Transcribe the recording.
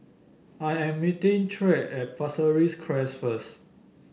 I am meeting Tyrek at Pasir Ris Crest first